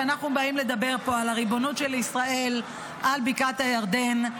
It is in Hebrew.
כשאנחנו באים לדבר פה על הריבונות של ישראל על בקעת הירדן,